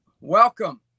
welcome